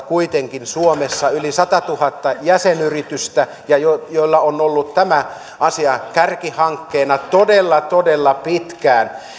kuitenkin suomessa yli sataatuhatta jäsenyritystä ja jolla on ollut tämä asia kärkihankkeena todella todella pitkään